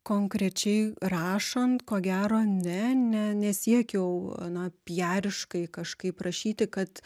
konkrečiai rašant ko gero ne ne nesiekiau na piariškai kažkaip rašyti kad